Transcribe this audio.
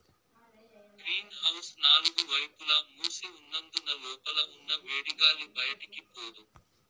green house నాలుగు వైపులా మూసి ఉన్నందున లోపల ఉన్న వేడిగాలి బయటికి పోదు